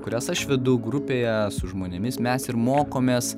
kurias aš vedu grupėje su žmonėmis mes ir mokomės